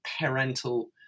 parental